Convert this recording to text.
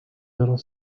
little